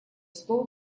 слово